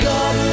God